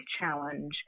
challenge